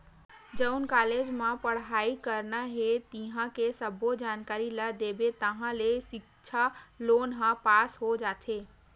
जउन कॉलेज म पड़हई करना हे तिंहा के सब्बो जानकारी ल देबे ताहाँले सिक्छा लोन ह पास हो जाथे